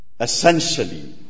essentially